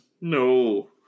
No